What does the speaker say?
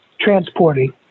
transporting